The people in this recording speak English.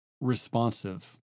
responsive